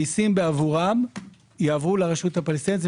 המיסים עבורם יעברו לרשות הפלסטינית.